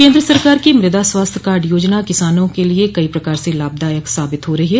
केन्द्र सरकार की मृदा स्वास्थ्य कार्ड योजना किसानों के लिए कई प्रकार से लाभदायक साबित हो रही है